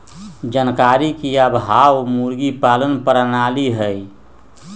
जानकारी के अभाव मुर्गी पालन प्रणाली हई